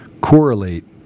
correlate